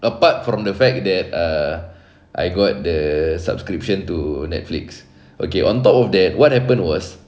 apart from the fact that err I got the subscription to Netflix okay on top of that what happened was